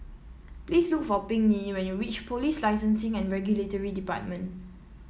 please look for Pinkney when you reach Police Licensing and Regulatory Department